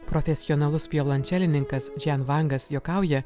profesionalus violončelininkas džian vangas juokauja